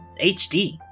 HD